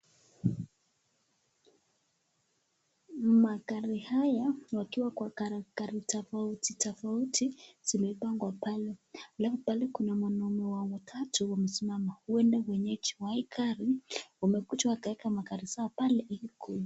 Magari haya wakiwa kwa gari tofauti tofauti zimepangwa pale. Labda pale kuna wanaume wa matatu wamesimama. Huenda wenyeji wa hii gari wamekuja wakaweka magari zao pale.